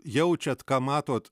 jaučiat ką matot